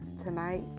tonight